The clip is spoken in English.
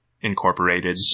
Incorporated